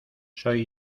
soy